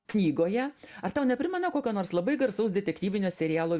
knygoje ar tau neprimena kokio nors labai garsaus detektyvinio serialo